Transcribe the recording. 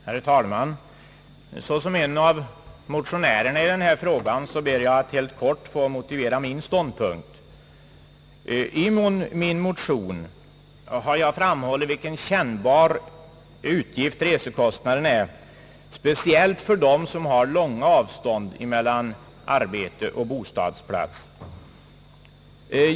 Herr talman! Såsom en av motionärerna i denna fråga ber jag att helt kort få motivera min ståndpunkt. I min motion har jag framhållit vilken kännbar utgift resekostnaderna innebär — speciellt för dem som har långa avstånd mellan bostad och arbetsplats.